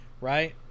right